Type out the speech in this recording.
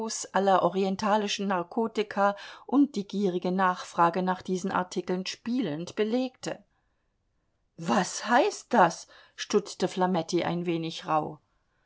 aller orientalischen narkotika und die gierige nachfrage nach diesen artikeln spielend belegte was heißt das stutzte flametti ein wenig rauh